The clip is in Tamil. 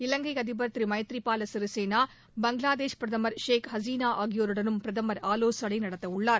இலங்கை அதிபர் திரு மைத்ரி பாலசிறிசேனா பங்களாதேஷ் பிரதமர் ஷேக் ஹசினா ஆகியோருடனும் பிரதமர் ஆலோசனை நடத்த உள்ளார்